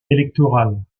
électorales